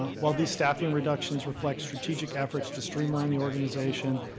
while these staffing reductions reflect strategic efforts to streamline the organization,